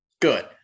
Good